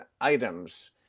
items